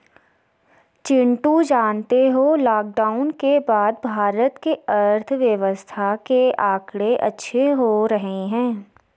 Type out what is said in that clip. चिंटू जानते हो लॉकडाउन के बाद भारत के अर्थव्यवस्था के आंकड़े अच्छे हो रहे हैं